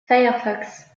firefox